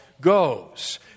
goes